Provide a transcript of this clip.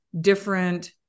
different